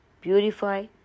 purify